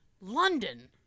London